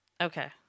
Okay